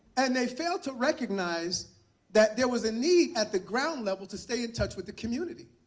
and they failed to recognize that there was a need, at the ground level, to stay in touch with the community.